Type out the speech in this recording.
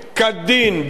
בהתאם לחקיקה.